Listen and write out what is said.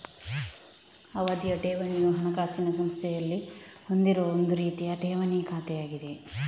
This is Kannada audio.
ಅವಧಿಯ ಠೇವಣಿಯು ಹಣಕಾಸಿನ ಸಂಸ್ಥೆಯಲ್ಲಿ ಹೊಂದಿರುವ ಒಂದು ರೀತಿಯ ಠೇವಣಿ ಖಾತೆಯಾಗಿದೆ